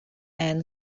and